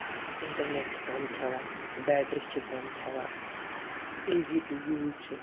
internet چھُ کَم کھیٚوان بیٹری چھِ کَم کھیٚوان اِیٖزی ٹُو یوٗز چھُ